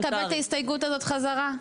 לקבל את ההסתייגות הזו חזרה?